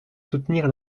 soutenir